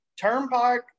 Turnpike